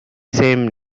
same